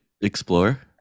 explore